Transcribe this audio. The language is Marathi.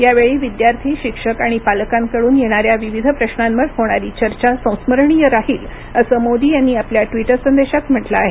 यावेळी विद्यार्थी शिक्षक आणि पालकांकडून येणाऱ्या विविध प्रश्नांवर होणारी चर्चा संस्मरणीय राहील असं मोदी यांनी आपल्या ट्वीटर संदेशात म्हटलं आहे